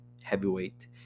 heavyweight